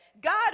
God